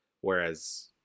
Whereas